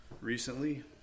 recently